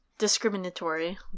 discriminatory